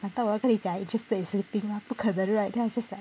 I thought 我要跟你讲 I interested in sleeping lor 不可能 right then I just like